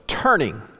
turning